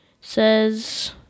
Says